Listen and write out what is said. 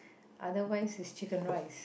otherwise it's chicken rice